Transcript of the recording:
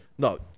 No